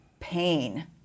pain